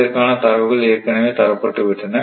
இதற்கான தரவுகள் ஏற்கனவே தரப்பட்டு விட்டன